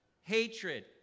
hatred